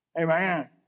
Amen